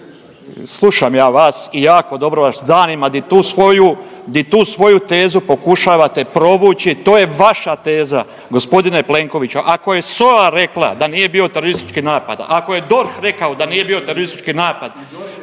slušam ja vas i jako dobro vas danima di tu svoju, di tu svoju tezu pokušavate provući. To je vaša teza gospodine Plenkoviću. Ako je SOA rekla da nije bio teroristički napad, ako je DORH rekao da nije bio teroristički napad